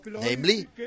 namely